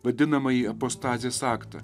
vadinamąjį apostazės aktą